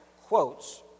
quotes